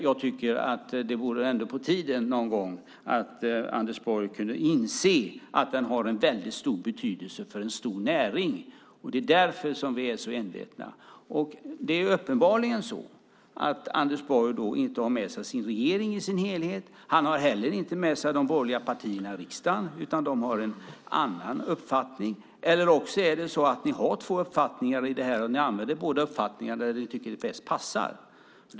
Jag tycker att det är på tiden att Anders Borg inser att den har en mycket stor betydelse för en stor näring. Det är därför som vi är så envetna. Det är uppenbarligen så att Anders Borg inte har med sig sin regering i dess helhet. Han har inte heller med sig de borgerliga partierna i riksdagen, utan de har en annan uppfattning. Eller också är det så att ni har två uppfattningar om detta, och ni använder dem där ni tycker att de passar bäst.